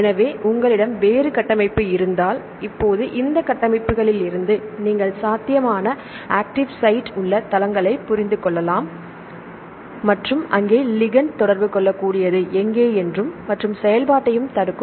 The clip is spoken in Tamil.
எனவே உங்களிடம் வேறு கட்டமைப்பு இருந்தால் இப்போது இந்த கட்டமைப்புகளிலிருந்து நீங்கள் சாத்தியமான ஆக்ட்டிவ் சைட் உள்ள தளங்களைப் புரிந்து கொள்ளலாம் மற்றும் அங்கே லிகண்ட் தொடர்பு கொள்ளக்கூடியது எங்கே என்றும் மற்றும் செயல்பாட்டையும் தடுக்கும்